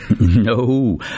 No